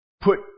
put